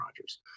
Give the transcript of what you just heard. Rodgers